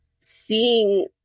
seeing